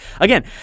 Again